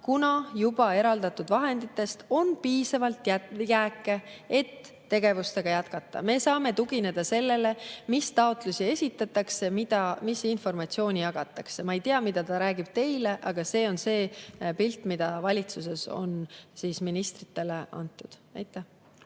kuna juba eraldatud vahenditest on alles piisavalt jääke, et tegevust jätkata. Me saame tugineda sellele, mis taotlusi esitatakse ja mis informatsiooni jagatakse. Ma ei tea, mida ta räägib teile, aga see on see pilt, mis valitsuses on ministritele antud. Veel